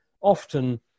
often